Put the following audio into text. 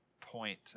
point